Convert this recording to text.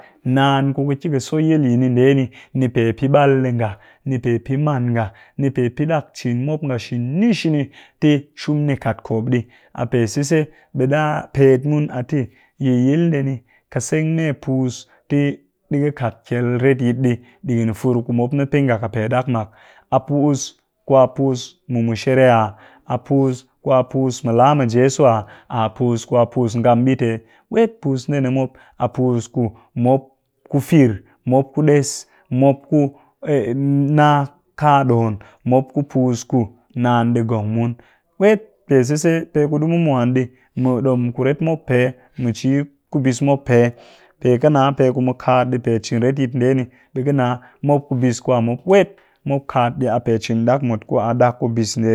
Naan ku ƙɨ ki ƙɨ so yil yini ndee ni, ni pe pɨ ɓal nga, ni pe pɨ maan nga, ni pe pɨ dak cin mop nga shini shini ti shum ni kat kop ɗii. Pe sise, ɓe ɗa pet mun a te mu yil ndee ni ka seng mme puus ti ɗi ka kat kyel retyit ɗii ɗigin fur ku mop ni pɨ nga ka pe ɗak mak, a puus ku ni a puus mɨ mushere a? A puus ku a puus mɨ laa mɨ jeso ah? A puus ku ku a puus mɨ ngam ɓit ah? Wet puus ndee ni mop a puus ku mop ku fir, mopku ɗes, mop ku ee nna ƙadon, mop ku puus ku naan ɗi ngong mun wet pe sise, pe ku ɗi mu mwan ɗii mu ɗom kuret mop pe, mu ci ku bis mop pee. pe ka nna pe ku mu kaat pe cin retyit ndee ni ɓe ka nna mop ku bis kwa mop wet mop kaat ɗii a pe cin ɗak mut kuni a ku bis